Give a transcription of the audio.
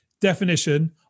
definition